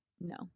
no